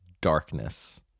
darkness